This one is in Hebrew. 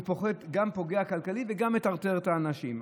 זה גם פוגע כלכלית וגם מטרטר את האנשים.